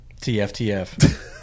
TFTF